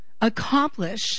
accomplish